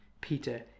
Peter